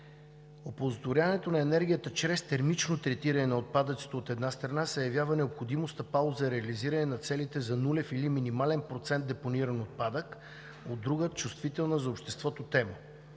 Оползотворяването на енергия чрез термично третиране на отпадъците, от една страна, се явява необходимо стъпало за реализиране на целите за нулев или минимален процент депониран отпадък, а от друга, е чувствителна за обществото тема.